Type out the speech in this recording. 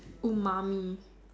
umami